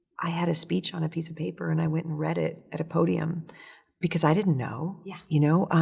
i had a speech on a piece of paper and i went and read it at a podium because i didn't know. yeah. you know?